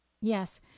Yes